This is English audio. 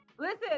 Listen